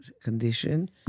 condition